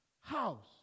house